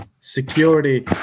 security